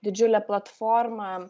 didžiulė platforma